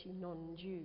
non-Jews